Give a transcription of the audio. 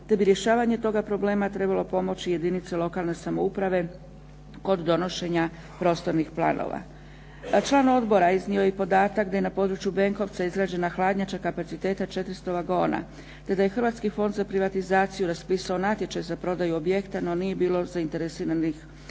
te bi rješavanje toga problema trebalo pomoći jedinice lokalne samouprave kod donošenja prostornih planova. Član Odbora iznio je podatak da je na području Benkovca izgrađena hladnjača kapaciteta 400 vagona, te da je Hrvatski fond za privatizaciju raspisao natječaj za prodaju objekta no nije bilo zainteresiranih za